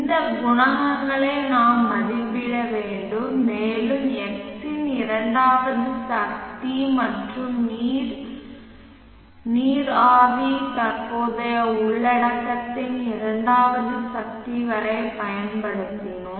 இந்த குணகங்களை நாம் மதிப்பிட வேண்டும் மேலும் x இன் இரண்டாவது சக்தி மற்றும் நீர் நீராவி தற்போதைய உள்ளடக்கத்தின் இரண்டாவது சக்தி வரை பயன்படுத்தினோம்